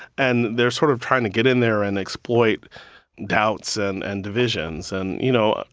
and they're sort of trying to get in there and exploit doubts and and divisions. and, you know,